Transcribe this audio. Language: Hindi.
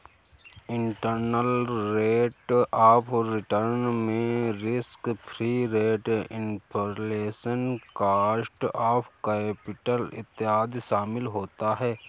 इंटरनल रेट ऑफ रिटर्न में risk free rate, inflation, cost of capital इत्यादि शामिल होता है